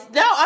no